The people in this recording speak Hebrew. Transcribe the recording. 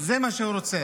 זה מה שהוא רוצה.